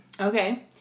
Okay